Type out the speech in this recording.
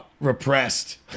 repressed